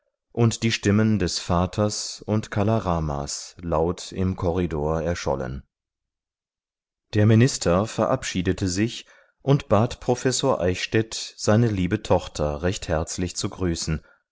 und die stimmen des vaters und kala ramas laut im korridor erschollen der minister verabschiedete sich und bat professor eichstädt seine liebe tochter recht herzlich zu grüßen